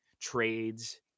trades